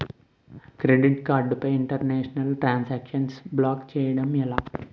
Credit card పై international transaction block చేయటం ఎలా?